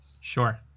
sure